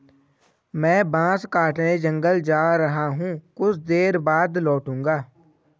मैं बांस काटने जंगल जा रहा हूं, कुछ देर बाद लौटूंगा